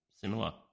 Similar